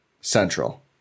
Central